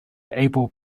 able